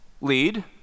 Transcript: lead